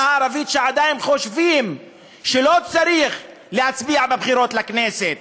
הערבית שעדיין חושבים שלא צריך להצביע בבחירות לכנסת.